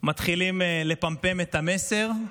מתחילים לפמפם את המסר.